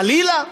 חלילה.